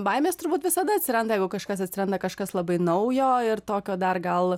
baimės turbūt visada atsiranda kažkas atsiranda kažkas labai naujo ir tokio dar gal